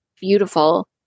beautiful